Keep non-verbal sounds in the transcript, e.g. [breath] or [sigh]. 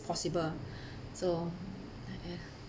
possible [breath] so ya